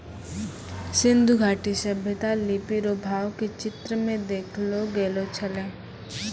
सिन्धु घाटी सभ्यता लिपी रो भाव के चित्र मे देखैलो गेलो छलै